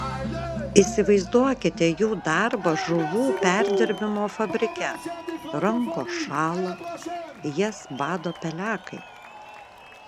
įsivaizduokite jų darbą žuvų perdirbimo fabrike rankos šąla jas bado pelekai